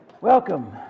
Welcome